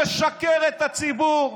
משקר את הציבור,